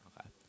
Okay